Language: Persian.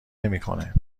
نمیکنه